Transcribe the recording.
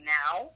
now